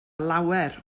lawer